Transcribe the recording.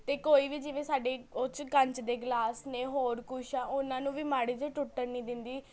ਅਤੇ ਕੋਈ ਵੀ ਜਿਵੇਂ ਸਾਡੇ ਓਹ 'ਚ ਕੰਚ ਦੇ ਗਲਾਸ ਨੇ ਹੋਰ ਕੁਛ ਆ ਉਹਨਾਂ ਨੂੰ ਵੀ ਮਾੜਾ ਜਾ ਟੁੱਟਣ ਨਹੀਂ ਦਿੰਦੀ